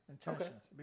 Intentions